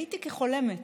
הייתי כחולמת.